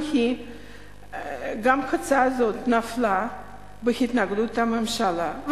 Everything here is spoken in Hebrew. גם הצעה זו נפלה בגלל התנגדות הממשלה.